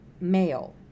male